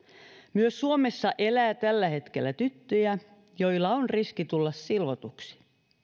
myös suomessa elää tällä hetkellä tyttöjä joilla on riski tulla silvotuksi